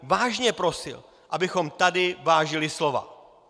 Vážně bych prosil, abychom tady vážili slova.